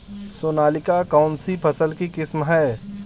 सोनालिका कौनसी फसल की किस्म है?